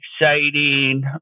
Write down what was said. Exciting